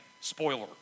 spoiler